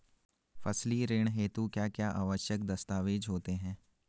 फसली ऋण हेतु क्या क्या आवश्यक दस्तावेज़ होते हैं?